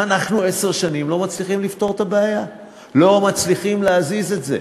אנחנו עשר שנים לא מצליחים לפתור את הבעיה; לא מצליחים להזיז את זה.